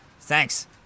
thanks